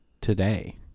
today